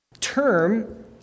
term